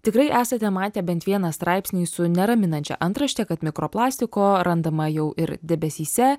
tikrai esate matę bent vieną straipsnį su neraminančia antrašte kad mikroplastiko randama jau ir debesyse